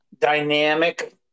dynamic